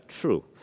true